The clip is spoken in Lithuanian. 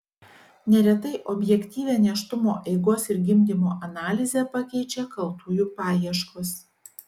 neretai objektyvią nėštumo eigos ir gimdymo analizę pakeičia kaltųjų paieškos